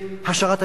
בהשארת המפעל.